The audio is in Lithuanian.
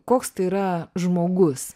koks tai yra žmogus